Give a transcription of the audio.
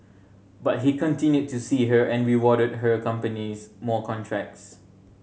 but he continued to see her and rewarded her companies more contracts